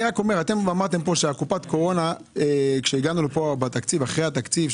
אמרתם פה כשהגענו לפה אחרי התקציב,